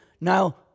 now